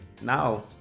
now